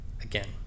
again